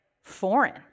foreign